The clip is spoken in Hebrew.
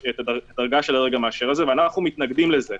הדרגה של הדרג המאשר הזה, ואנחנו מתנגדים לזה.